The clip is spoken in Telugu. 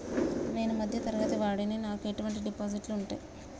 నేను మధ్య తరగతి వాడిని నాకు ఎటువంటి డిపాజిట్లు ఉంటయ్?